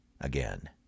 Again